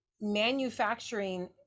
manufacturing